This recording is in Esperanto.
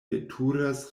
veturas